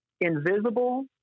invisible